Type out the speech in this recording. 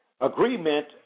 Agreement